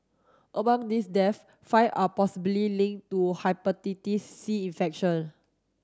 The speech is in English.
among these deaths five are possibly linked to Hepatitis C infection